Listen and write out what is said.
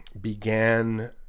began